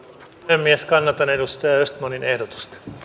kannatan edustaja östmanin ehdotusta